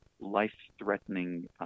life-threatening